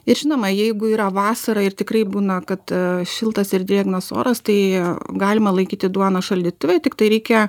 ir žinoma jeigu yra vasara ir tikrai būna kad šiltas ir drėgnas oras tai galima laikyti duoną šaldytuve tiktai reikia